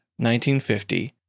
1950